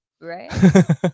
right